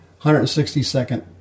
162nd